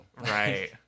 right